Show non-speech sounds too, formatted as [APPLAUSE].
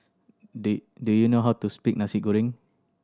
[UNINTELLIGIBLE] do you know how to speak Nasi Goreng